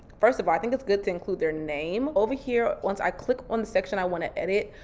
first of all, i think it's good to include their name. over here, once i click on the section i wanna edit,